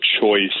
choice